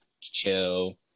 chill